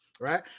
right